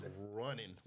running